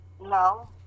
No